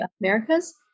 Americas